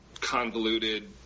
convoluted